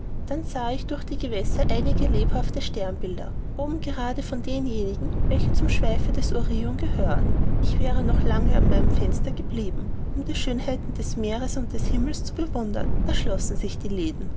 dann sah ich durch die gewässer einige lebhafte sternbilder oben gerade von denjenigen welche zum schweife des orion gehören ich wäre noch lange an meinem fenster geblieben um die schönheiten des meeres und himmels zu bewundern da schlossen sich die läden